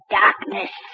darkness